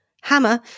Hammer